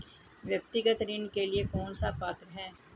व्यक्तिगत ऋण के लिए कौन पात्र है?